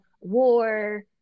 war